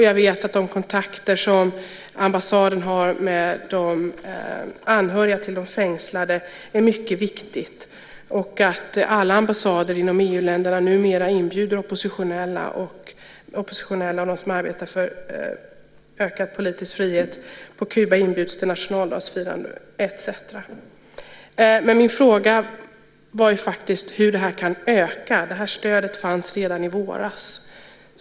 Jag vet att de kontakter som ambassaden har med de anhöriga till de fängslade är mycket viktiga och att alla ambassader i EU-länderna numera inbjuder de oppositionella och dem som arbetar för ökad politisk frihet på Kuba till nationaldagsfirande etcetera. Men min fråga var faktiskt hur stödet kan öka. Det här stödet fanns redan i våras.